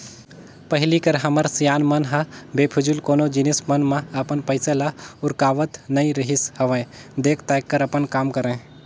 पहिली कर हमर सियान मन ह बेफिजूल कोनो जिनिस मन म अपन पइसा ल उरकावत नइ रिहिस हवय देख ताएक कर अपन काम करय